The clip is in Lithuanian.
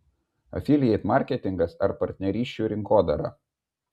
afilieit marketingas ar partnerysčių rinkodara